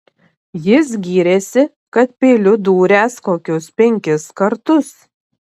jis gyrėsi kad peiliu dūręs kokius penkis kartus